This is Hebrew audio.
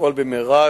לפעול במהרה,